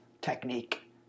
technique